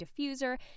diffuser